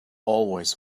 always